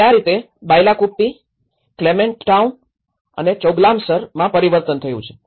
તેથી આ રીતે બાયલાકુપ્પી ક્લેમેન્ટ ટાઉન અને ચોગલામસરમાં પરિવર્તન થયું છે